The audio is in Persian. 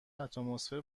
اتمسفر